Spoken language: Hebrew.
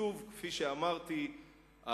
שכפי שאמרתי,